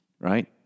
Right